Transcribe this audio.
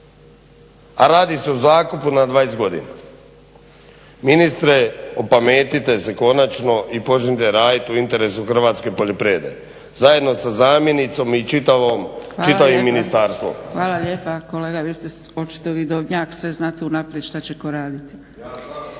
A radi se o zakupu na 20 godina. Ministre opametite se konačno i počnite raditi u interesu hrvatske poljoprivrede zajedno sa zamjenicom i čitavim ministarstvom. **Zgrebec, Dragica (SDP)** Hvala lijepo. Kolega vi ste očito vidovnjak sve znate unaprijed što će tko raditi.